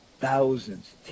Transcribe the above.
thousands